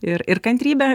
ir ir kantrybę